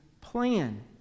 plan